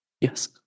Yes